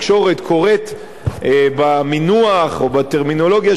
לזה במינוח או בטרמינולוגיה של גזירות,